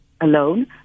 alone